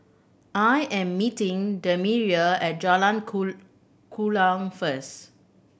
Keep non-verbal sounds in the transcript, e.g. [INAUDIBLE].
I am meeting Demetria at Jalan [UNINTELLIGIBLE] Kuala first